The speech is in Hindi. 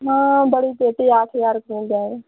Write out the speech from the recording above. हाँ बड़ी चौकी आठ हज़ार रुपये का है